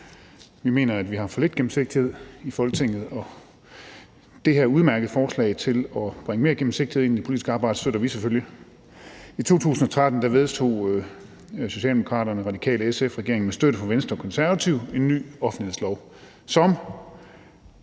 Vi mener, at vi har for lidt gennemsigtighed i Folketinget, og det her udmærkede forslag til at bringe mere gennemsigtighed ind i det politiske arbejde støtter vi selvfølgelig. I 2013 vedtog regeringen bestående af Socialdemokraterne, Radikale og SF med støtte fra Venstre og Konservative en ny offentlighedslov, som